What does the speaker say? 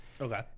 okay